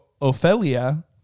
Ophelia